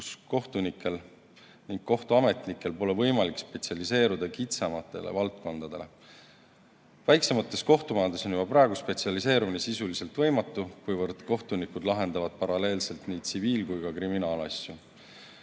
kus kohtunikel ning kohtuametnikel pole võimalik spetsialiseeruda kitsamatele valdkondadele. Väiksemates kohtumajades on juba praegu spetsialiseerumine sisuliselt võimatu, kuivõrd kohtunikud lahendavad paralleelselt nii tsiviil- kui ka kriminaalasju.